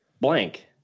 Blank